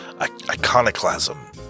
iconoclasm